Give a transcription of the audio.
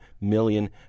million